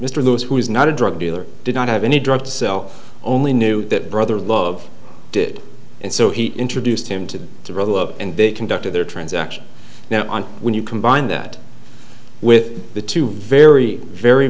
lewis who is not a drug dealer did not have any drug to sell only knew that brother love did and so he introduced him to throw up and they conducted their transaction now on when you combine that with the two very very